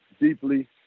deeply